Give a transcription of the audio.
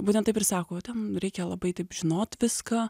būtent taip ir sako ten reikia labai taip žinot viską